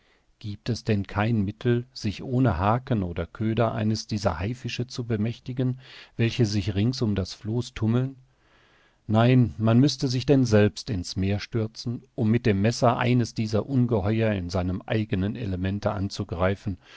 giebt es denn kein mittel sich ohne haken oder köder eines dieser haifische zu bemächtigen welche sich rings um das floß tummeln nein man müßte sich denn selbst in's meer stürzen um mit dem messer eines dieser ungeheuer in seinem eigenen elemente anzugreifen